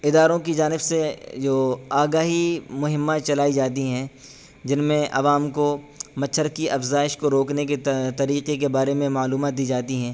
اداروں کی جانب سے جو آگاہی مہمات چلائی جاتی ہیں جن میں عوام کو مچھر کی افزائش کو روکنے کے طریقے کے بارے میں معلومات دی جاتی ہیں